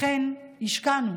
לכן השקענו